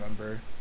remember